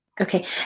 Okay